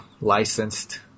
licensed